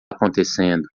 acontecendo